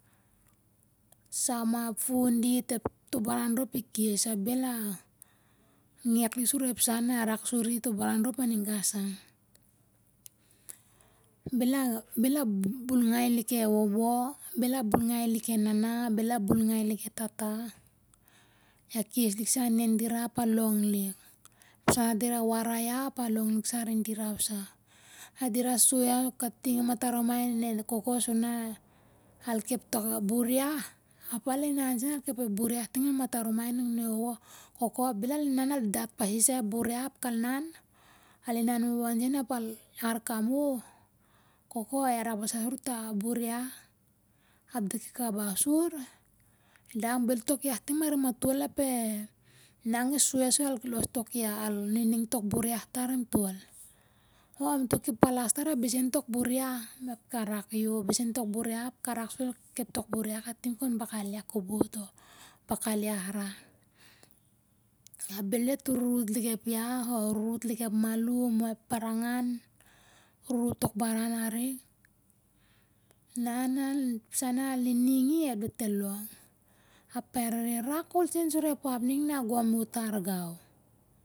Ep sa ma, ep fu'n dit, dit kes. Ap bel a ngek lik sur ep sah na rak suri, to' baran rop aninga sa. Bel a Bel a bul ngai lik e wowo, bel a bul ngai lik e nana, bel a bul ngai lik e tata. A kes lik sa anen dira ap a long lik. Ep sah dira warai iau, ap a long lik sa arin dira sa. Na dira soi iau kating an matan rumai arin e koko sur na al kep tak buryah, ap al inan sen al kep tok buryah ting an matan rumai arin e koko. Bel al inan al dat pasi sa ep buryah ap al inan. Al inan wowon sen ap al arkam, o'h, koko a rak basa sur ta, buryah ap di ki kabah, sur? El dang, bel tok yah tim arim mato'l, ap e nang i soi iau sur al lo's tok ya anum mato'l, al ning tok buryah ta arim to'l. Au to'ki palas tar ap besen tok buryah? Ap ka rak, yo, ap ka ruk sur tok, buryah, kep tok buryah katim kol bakal yah kombu't or kon bakal yah rah. Ap bel diat rurut lik ep yah, o rurut lik ep malum, ep baranangan, rurut tok baran arik. Na em sah na niningi, ap dit el long. Ap a rere rak ko'l sen sut ep ap ning an gom o't tar gau.